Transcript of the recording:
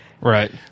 Right